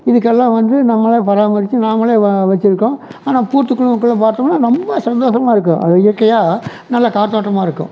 இதுக்கெல்லாம் வந்து நம்மளே பராமரிச்சு நாமளே வ வச்சிருக்கோம் ஆனால் பூத்து குலுங்கக்குள்ளே பார்த்தோம்னா ரொம்ப சந்தோசமாக இருக்கும் அது இயற்கையாக நல்லா காத்தோட்டமாக இருக்கும்